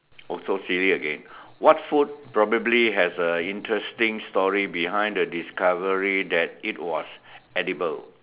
also silly again what food probably has a interesting story behind the discovery that it was edible